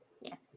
Yes